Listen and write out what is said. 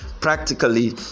practically